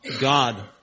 God